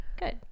Good